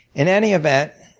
in any event,